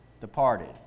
departed